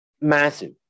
massive